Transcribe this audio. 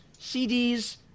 CDs